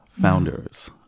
founders